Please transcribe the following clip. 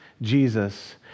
Jesus